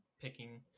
picking